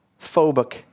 phobic